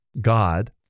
God